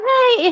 Hey